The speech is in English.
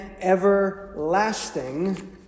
everlasting